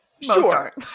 sure